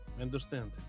Understand